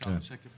(הצגת מצגת)